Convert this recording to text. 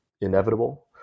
inevitable